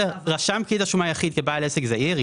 רשם פקיד השומה יחיד כבעל עסק זעיר,